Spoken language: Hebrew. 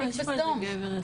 לא, יש פה איזה גבר אחד.